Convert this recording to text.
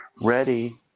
ready